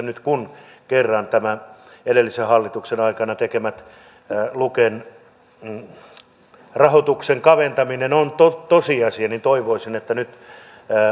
nyt kun kerran edellisen hallituksen aikanaan tekemä luken rahoituksen kaventaminen on tosiasia niin toivoisin että nyt ministeri vähän sitä avaisi